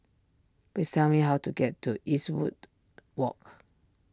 please tell me how to get to Eastwood Walk